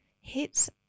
hits